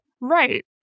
Right